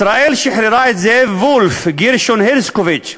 ישראל שחררה את זאב וולף וגרשון הרשקוביץ,